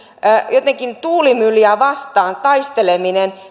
jotenkin tuulimyllyjä vastaan taistelisi